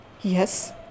Yes